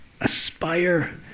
aspire